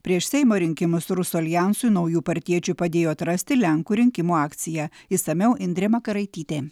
prieš seimo rinkimus rusų aljansui naujų partiečių padėjo atrasti lenkų rinkimų akcija išsamiau indrė makaraitytė